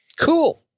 Cool